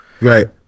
right